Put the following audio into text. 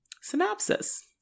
Synopsis